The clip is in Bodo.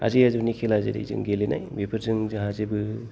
आजै आजौनि खेला जों गेलेनाय बेफोरजों जोंहा जेबो